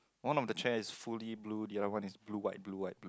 one of the chair is fully blue the other one is blue white blue white blue